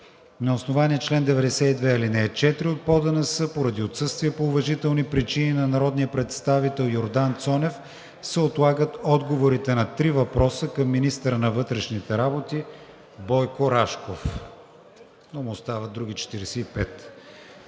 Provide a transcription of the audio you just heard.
На основание чл. 92, ал. 4 от ПОДНС, поради отсъствие по уважителни причини на народния представител Йордан Цонев, се отлагат отговорите на три въпроса към министъра на вътрешните работи Бойко Рашков. Но му остават други 45.